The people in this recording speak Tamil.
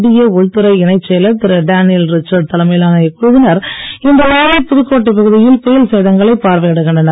மத்திய உள்துறை இணைச் செயலர் திரு டேனியல் ரிச்சர்டு தலைமையிலான இக்குழுவினர் இன்று மாலை புதுக்கோட்டை பகுதியில் புயல் சேதங்களை பார்வையிடுகின்றனர்